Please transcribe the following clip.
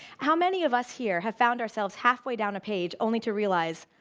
how many of us here have found ourselves halfway down a page only to realize,